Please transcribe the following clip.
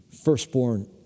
firstborn